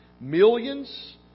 Millions